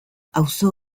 auzo